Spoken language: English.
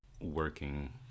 working